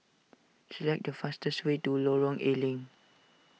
select the fastest way to Lorong A Leng